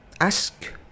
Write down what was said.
ask